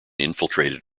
infiltrated